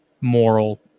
moral